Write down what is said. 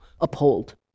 uphold